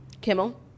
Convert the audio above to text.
Kimmel